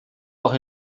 auch